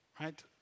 Right